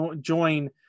join